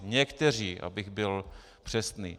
Někteří, abych byl přesný.